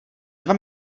dva